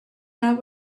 that